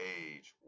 age